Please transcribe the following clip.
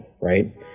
right